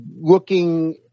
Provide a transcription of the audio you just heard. looking